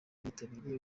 bitabiriye